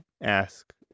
ask